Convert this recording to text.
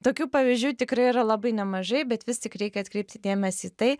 tokių pavyzdžių tikrai yra labai nemažai bet vis tik reikia atkreipti dėmesį į tai